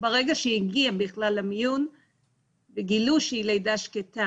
ברגע שהיא הגיעה בכלל למיון וגילו שהיא לידה שקטה,